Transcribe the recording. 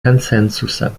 консенсуса